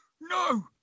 No